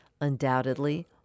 Undoubtedly